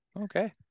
okay